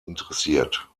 interessiert